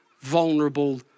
vulnerable